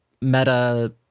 meta